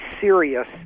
serious